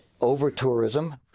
over-tourism